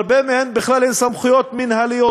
הרבה מהן בכלל הן סמכויות מינהליות.